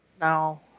no